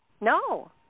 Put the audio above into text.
no